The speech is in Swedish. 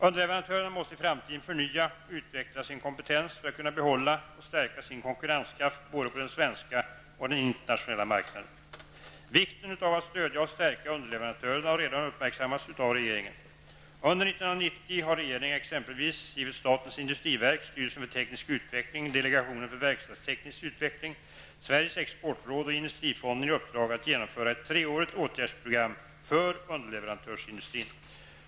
Underleverantörerna måste i framtiden förnya och utveckla sin kompetens för att kunna behålla och stärka sin konkurrenskraft både på den svenska och på den internationella marknaden. Vikten av att stödja och stärka underleverantörer har redan uppmärksammats av regeringen. Under 1990 har regeringen exempelvis givit statens industriverk, styrelsen för teknisk utveckling, delegationen för verkstadsteknisk utveckling, Sveriges exportråd och industrifonden i uppdrag att genomföra ett treårigt åtgärdsprogram för underleverantörsindustrin.